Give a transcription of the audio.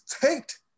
tanked